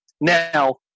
now